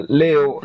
leo